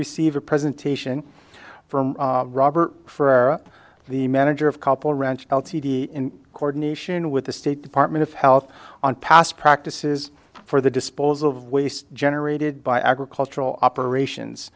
receive a presentation from robert for the manager of couple ranch ltd in coordination with the state department of health on past practices for the disposal of waste generated by agricultural operations